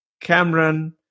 Cameron